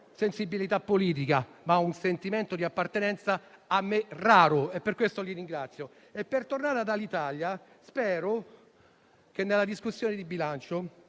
sensibilità politica, ma un sentimento di appartenenza raro e per questo li ringrazio. Per tornare all'Alitalia, spero che in sede di discussione di bilancio